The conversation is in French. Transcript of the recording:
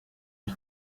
une